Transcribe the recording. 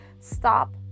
Stop